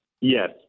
yes